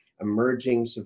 Emerging